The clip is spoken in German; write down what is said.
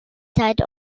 zeit